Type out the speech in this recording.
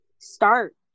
start